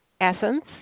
Essence